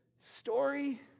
story